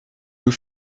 vous